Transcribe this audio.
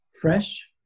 fresh